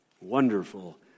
Wonderful